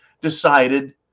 decided